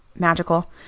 magical